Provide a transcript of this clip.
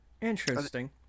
interesting